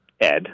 Ed